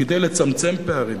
כדי לצמצם פערים,